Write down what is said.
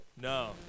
No